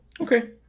Okay